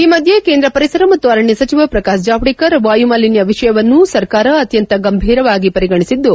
ಈ ಮಧ್ಯೆ ಕೇಂದ್ರ ಪರಿಸರ ಮತ್ತು ಅರಣ್ಯ ಸಚಿವ ಪ್ರಕಾಶ್ ಜಾವಡೇಕರ್ ವಾಯುಮಾಲಿನ್ನ ವಿಷಯವನ್ನು ಸರ್ಕಾರ ಅತ್ತಂತ ಗಂಭೀರವಾಗಿ ಪರಿಗಣಿಸಿದ್ದು